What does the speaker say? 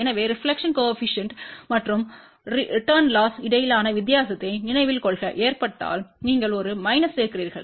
எனவே ரெப்லக்டெட்ப்பு கோஏபிசிஎன்ட் மற்றும் ரிடன் லொஸ் இடையிலான வித்தியாசத்தை நினைவில் கொள்க ஏற்பட்டால் நீங்கள் ஒரு மைனஸ் சேர்க்கிறீர்கள்